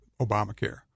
obamacare